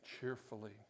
cheerfully